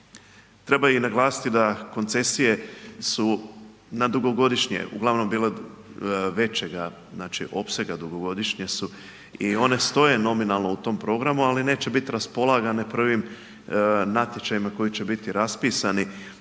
Treba naglasiti da su koncesija na dugogodišnje uglavnom bile većeg opsega, dugogodišnje su i one stoje nominalno u tom programu, ali neće biti raspolaganje natječajima koji će biti raspisani.